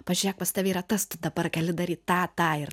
pažiūrėk pas tave yra tas dabar gali daryt tą tą ir